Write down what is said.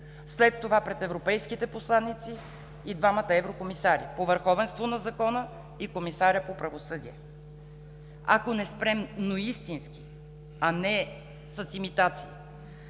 след това пред европейските посланици и двамата еврокомисари – по върховенство на закона, и по правосъдие. Ако не спрем, но истински, а не с имитация,